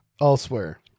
elsewhere